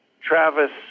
Travis